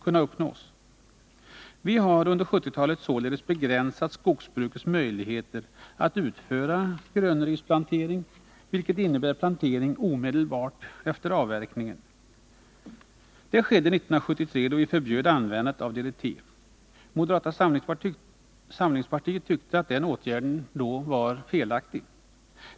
Vi har under 1970-talet således begränsat skogsbrukets möjligheter för grönrisplantering, vilket innbär plantering omedelbart efter avverkningen. Det skedde 1973, när vi förbjöd användandet av DDT. Moderata samlingspartiet tyckte att den åtgärden då var felaktig.